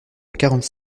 quarante